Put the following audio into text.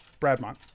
Bradmont